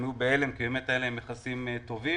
הם היו בהלם כי באמת היו להם יחסים טובים